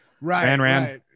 Right